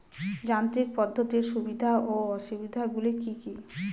যান্ত্রিক পদ্ধতির সুবিধা ও অসুবিধা গুলি কি কি?